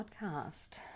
podcast